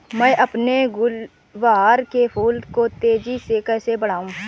मैं अपने गुलवहार के फूल को तेजी से कैसे बढाऊं?